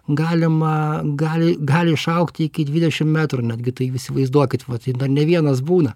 galima gali gali išaugti iki dvidešim metrų netgi tai įsivaizduokit vat ir dar ne vienas būna